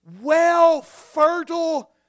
well-fertile